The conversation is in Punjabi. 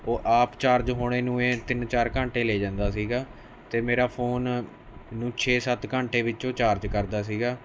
ਉਹ ਆਪ ਚਾਰਜ ਹੋਣੇ ਨੂੰ ਏ ਤਿੰਨ ਚਾਰ ਘੰਟੇ ਲੈ ਜਾਂਦਾ ਸੀਗਾ ਅਤੇ ਮੇਰਾ ਫ਼ੋਨ ਨੂੰ ਛੇ ਸੱਤ ਘੰਟੇ ਵਿੱਚ ਉਹ ਚਾਰਜ ਕਰਦਾ ਸੀਗਾ